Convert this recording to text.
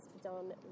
done